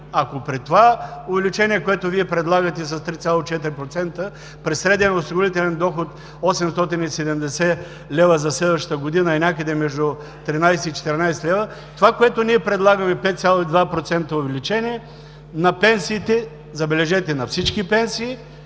Ако при това увеличение, което Вие предлагате, за 3,4% при среден осигурителен доход 870 лв., за следващата година е някъде между 13 и 14 лв., това което ние предлагаме от 5,2% увеличение на пенсиите, забележете, на всички пенсии,